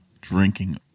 drinking